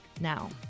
now